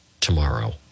tomorrow